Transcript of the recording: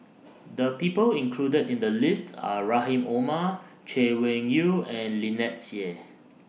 The People included in The list Are Rahim Omar Chay Weng Yew and Lynnette Seah